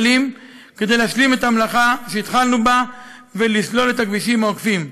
כדי להשלים את המלאכה שהתחלנו בה ולסלול את הכבישים העוקפים.